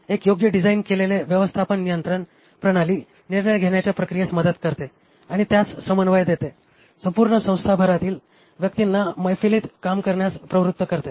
एक योग्य डिझाइन केलेले व्यवस्थापन नियंत्रण प्रणाली निर्णय घेण्याच्या प्रक्रियेस मदत करते आणि त्यास समन्वय देते आणि संपूर्ण संस्थाभरातील व्यक्तींना मैफिलीत काम करण्यास प्रवृत्त करते